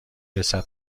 رسد